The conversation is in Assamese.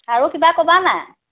আৰু কিবা ক'বা নাই